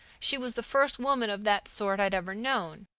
she was the first woman of that sort i'd ever known.